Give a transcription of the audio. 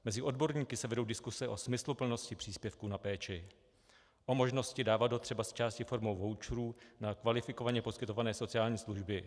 Mezi odborníky se vedou diskuse o smysluplnosti příspěvku na péči, o možnosti dávat ho třeba zčásti formou voucherů na kvalifikovaně poskytované sociální služby.